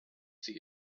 see